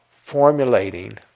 formulating